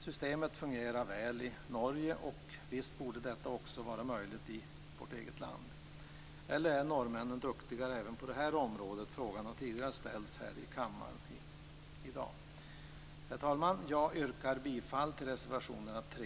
Systemet fungerar väl i Norge, och visst borde detta också vara möjligt i vårt eget land. Eller är norrmännen duktigare även på detta område? Frågan har tidigare ställts här i kammaren i dag. Herr talman! Jag yrkar bifall till reservationerna 3